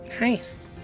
Nice